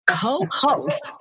co-host